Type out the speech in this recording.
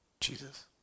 Jesus